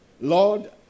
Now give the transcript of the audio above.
Lord